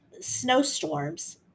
snowstorms